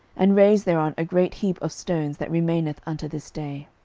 and raise thereon a great heap of stones, that remaineth unto this day.